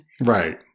Right